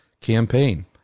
campaign